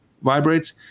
vibrates